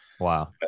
wow